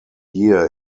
year